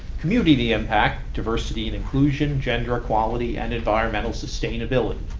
community impact, diversity and inclusion, gender equality and environmental sustainability.